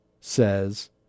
says